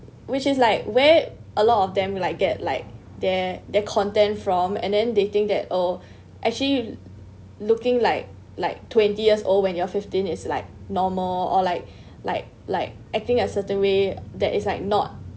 which is like where a lot of them like get like their their content from and then they think that oh actually you looking like like twenty years old when you're fifteen is like normal or like like like acting a certain way that it's like not